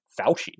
Fauci